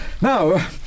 Now